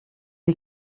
est